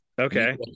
okay